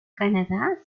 canadá